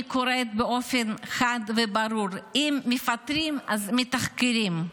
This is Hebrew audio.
אני קוראת באופן חד וברור: אם מפטרים, אז מתחקרים.